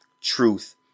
truth